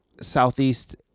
southeast